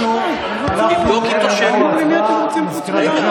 לקרוא בשמות חברי הכנסת.